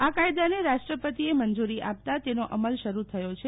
આ કાયદાને રાષ્ટ્રપતિએ મંજરી આપતા તેનો અમલ શરુ થયો છે